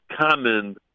common